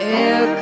air